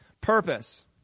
Purpose